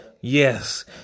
yes